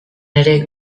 ere